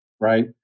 right